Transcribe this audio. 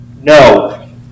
No